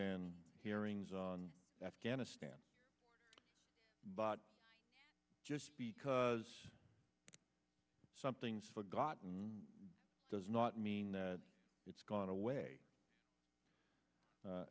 and hearings on afghanistan but just because something's forgotten does not mean that it's gone away